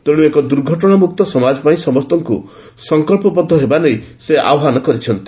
ତେଣୁ ଏକ ଦୁର୍ଘଟଶା ମୁକ୍ତ ସମାଜ ପାଇଁ ସମସ୍ତଙ୍କୁ ସଂକ୍ବବଦ୍ଧ ହେବା ନେଇ ଆହ୍ୱାନ କରିଛନ୍ତି